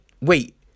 wait